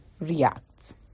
reacts